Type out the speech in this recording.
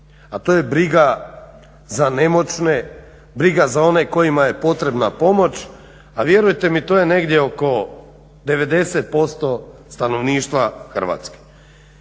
a to je briga za nemoćne, briga za one kojima je potrebna pomoć, a vjerujte mi to je negdje oko 90% stanovništva Hrvatske.